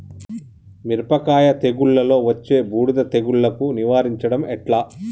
మిరపకాయ తెగుళ్లలో వచ్చే బూడిది తెగుళ్లను నివారించడం ఎట్లా?